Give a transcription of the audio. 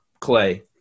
Clay